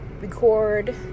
record